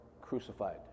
crucified